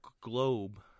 globe